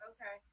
Okay